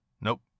nope